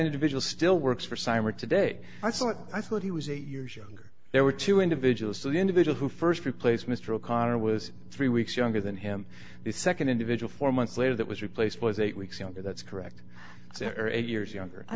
individual still works for simer today i thought i thought he was eight years younger there were two individuals the individual who st replace mr o'connor was three weeks younger than him the nd individual four months later that was replaced was eight weeks younger that's correct eight years younger